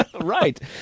Right